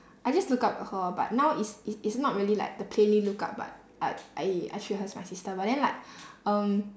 I just look up to her but now it's it's it's not really like the plainly look up but I I I treat her as my sister but then like um